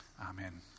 Amen